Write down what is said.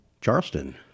Charleston